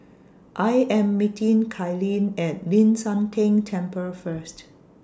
I Am meeting Kalene At Ling San Teng Temple First